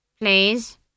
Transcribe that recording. Please